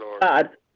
God